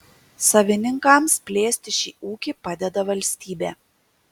savininkams plėsti šį ūkį padeda valstybė